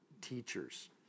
teachers